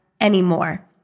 anymore